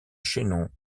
chaînon